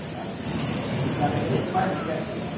i presided over five attempts.